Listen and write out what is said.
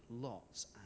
lots